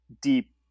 deep